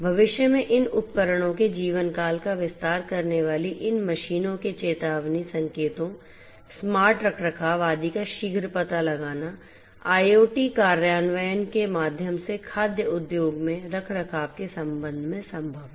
भविष्य में इन उपकरणों के जीवनकाल का विस्तार करने वाली इन मशीनों के चेतावनी संकेतों स्मार्ट रखरखाव आदि का शीघ्र पता लगाना IoT कार्यान्वयन के माध्यम से खाद्य उद्योग में रखरखाव के संबंध में संभव है